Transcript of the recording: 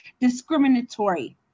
discriminatory